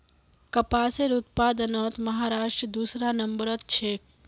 कपासेर उत्पादनत महाराष्ट्र दूसरा नंबरत छेक